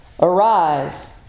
Arise